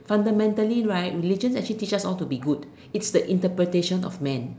fundamentally right religions teaches us how to be good it's the interpretation of man